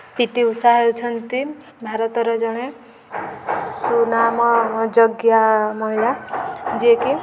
P T Usha ହେଉଛନ୍ତି ଭାରତର ଜଣେ ସୁନାମ ଯୋଗ୍ୟା ମହିଳା ଯିଏକି